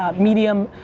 ah medium,